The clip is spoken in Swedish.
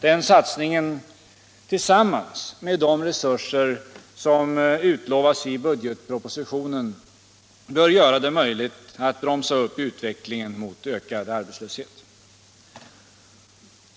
Den satsningen, tillsammans med de resurser som utlovas i budgetpropositionen, bör göra det möjligt att bromsa upp utvecklingen mot ökad arbetslöshet.